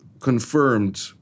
confirmed